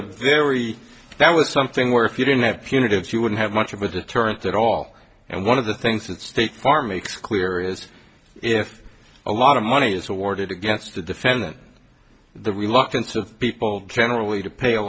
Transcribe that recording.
a very that was something where if you didn't have punitive she wouldn't have much of a deterrent at all and one of the things that state farm makes clear is if a lot of money is awarded against the defendant the reluctance of people generally to pay a